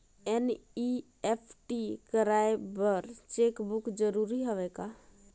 NEFT कराय बर cheque book जरूरी हवय का?